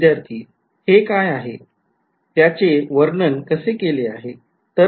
विध्यार्थी हे काय आहे त्याचे वर्णन कसे केले आहे